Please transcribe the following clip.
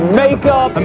makeup